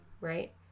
Right